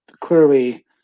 clearly